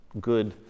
good